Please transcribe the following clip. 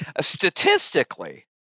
statistically